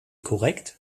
korrekt